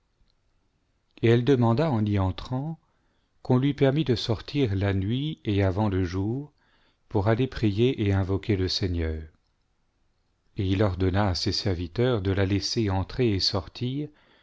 et elle demanda en y entrant qu'on lui permît de sortir la nuit et avant le jour pour aller prier et invoquer le seigneur et il ordonna à ses serviteurs de la laisser entrer et sortir